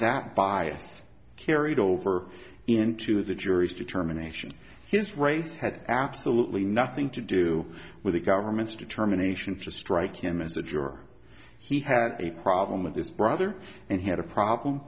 that bias carried over into the jury's determination his race had absolutely nothing to do with the government's determination for a strike him as a juror he had a problem with this brother and he had a problem